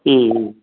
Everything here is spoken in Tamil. ம் ம்